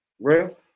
Real